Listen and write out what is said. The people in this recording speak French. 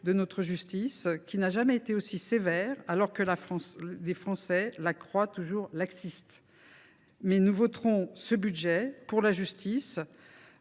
de notre justice : celle ci n’a jamais été aussi sévère, alors que les Français la croient toujours laxiste. Nous voterons ce budget pour la justice,